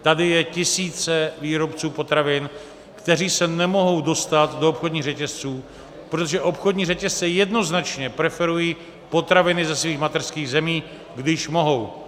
Tady je tisíce výrobců potravin, kteří se nemohou dostat do obchodních řetězců, protože obchodní řetězce jednoznačně preferují potraviny ze svých mateřských zemí, když mohou.